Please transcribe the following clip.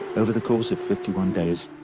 over the course of fifty one days,